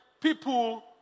people